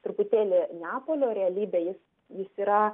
truputėlį neapolio realybę jis jis yra